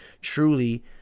truly